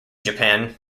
japan